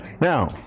now